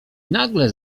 nagle